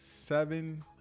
seven